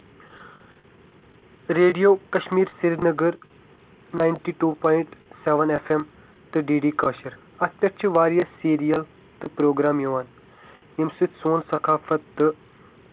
radio Kashmir Srinagar ninety two point seven FM ایم تہٕ DD DD Koshur اَتھ پٮ۪ٹھ چھِ واریاہ سیریل تہٕ پروگرام یِوان ییٚمہِ سۭتۍ سون سکافات تہٕ